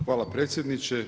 Hvala predsjedniče.